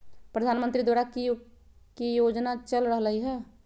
प्रधानमंत्री द्वारा की की योजना चल रहलई ह?